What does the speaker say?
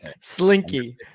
Slinky